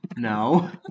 No